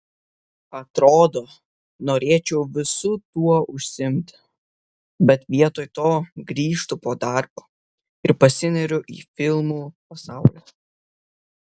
atrodo norėčiau visu tuo užsiimti bet vietoj to grįžtu po darbo ir pasineriu į filmų pasaulį